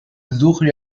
besuchte